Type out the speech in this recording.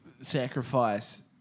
sacrifice